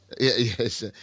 Yes